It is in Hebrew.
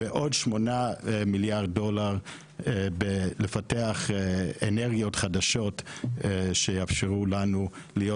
ועוד 8 מיליארד דולר בלפתח אנרגיות חדשות שיאפשרו לנו להיות